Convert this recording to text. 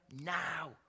now